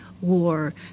War